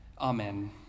Amen